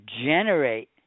generate